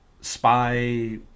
spy